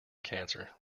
cancer